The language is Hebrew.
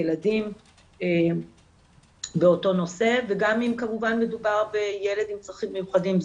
ילדים באותו נושא וגם אם כמובן מדובר בילד עם צרכים מיוחדים,